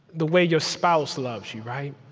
the way your spouse loves you, right?